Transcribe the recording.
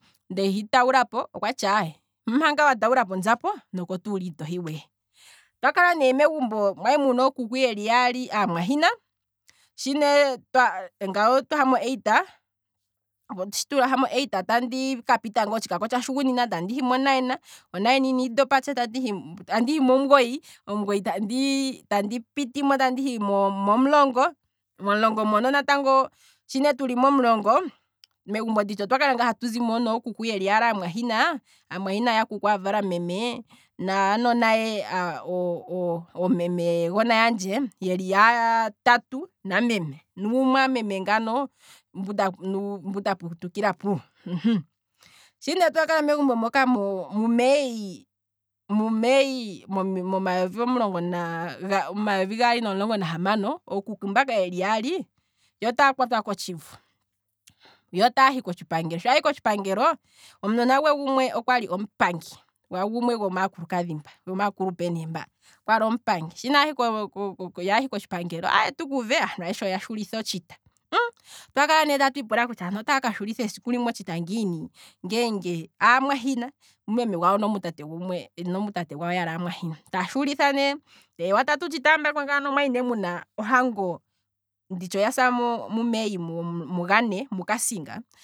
Ndehi tawulapo, nameme okwati manga wa tuulapo onzapo aye, kotuula ito hiko, otwa kala ne megumbo muna ookuku aamwayina, ngano otwaha mo eight, shi ne twaha mo eight tandi kapita ngaa otshikako tsha shugunina, andihi mo nine, mo nine inandi ndopatsha tehi momugoyi, omugoyi tandi tandi pitimo tehi momulongo, momulongo mono natango, shi ne tuli momulongo, megumbo ndishi okwali ne hatu zimo nookuku yeli yaali amwahina, aamwahina yakuku avala meme, naanona ye omemegona yandje yeli yatatu nameme nuumwameme ngano mbu ndaputukila puwo, sho ne twakala megumbo mono momayovi omulongo naga, momayovi gaali nomulongo nahamano okuku mbaka yeli yaali yo otaa kwatwa kotshivi, sho yakwatwa kotshivu yo otaahi kotshipangelo, omunona gwe gumwe okwali omupangi, gumwe gomaakulukadhi mba, gomaakulupe ne mba, shi ne ya hi ko- koshipangelo aye tu kuuve aantu ayeshe oya shulitha otshita, otwakala ne tatu ipula kutya aantu otaya ka shulitha otshita ngiini ngeenge aamwayina mumeme gwawo nomutate gumwe yaali amwayina, ewa tatu tshitaambako ngaano, omwali nga ne muna ohango, nditsha oyasa mumay mugane mukasinga